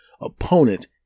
opponent